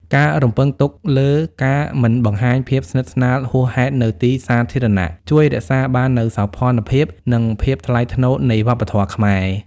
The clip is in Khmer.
ការរំពឹងទុកលើ "ការមិនបង្ហាញភាពស្និទ្ធស្នាលហួសហេតុនៅទីសាធារណៈ" ជួយរក្សាបាននូវសោភ័ណភាព និងភាពថ្លៃថ្នូរនៃវប្បធម៌ខ្មែរ។